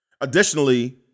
Additionally